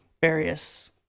various